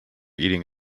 eating